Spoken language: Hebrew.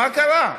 מה קרה?